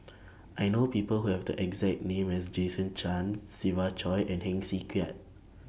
I know People Who Have The exact name as Jason Chan Siva Choy and Heng Swee Keat